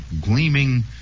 gleaming